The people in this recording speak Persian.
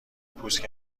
پوست